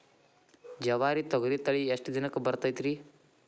ಜವಾರಿ ತೊಗರಿ ತಳಿ ಎಷ್ಟ ದಿನಕ್ಕ ಬರತೈತ್ರಿ?